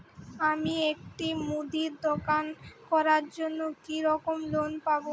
আমি একটি মুদির দোকান করার জন্য কি রকম লোন পাব?